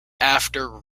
after